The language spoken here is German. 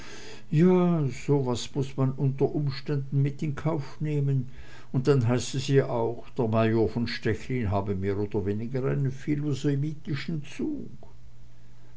ja so was muß man unter umständen mit in den kauf nehmen und dann heißt es ja auch der major von stechlin habe mehr oder weniger einen philosemitischen zug